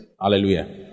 Hallelujah